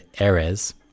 Eres